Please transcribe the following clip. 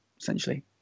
essentially